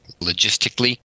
logistically